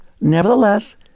Nevertheless